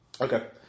Okay